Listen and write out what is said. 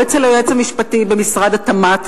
או אצל היועץ המשפטי במשרד התמ"ת,